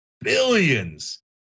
billions